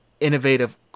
innovative